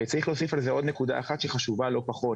צריך להוסיף על זה עוד נקודה אחת, שחשובה לא פחות.